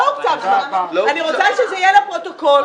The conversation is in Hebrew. אני רוצה שזה יהיה לפרוטוקול.